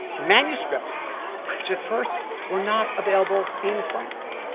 manuscripts which at first were not available in france.